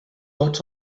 tots